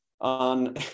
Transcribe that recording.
on